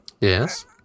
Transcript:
Yes